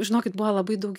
žinokit buvo labai daug